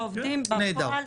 והם עובדים בפועל?